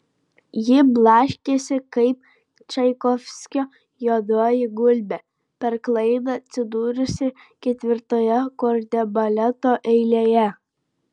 ji blaškėsi kaip čaikovskio juodoji gulbė per klaidą atsidūrusi ketvirtoje kordebaleto eilėje